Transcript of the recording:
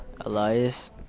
Elias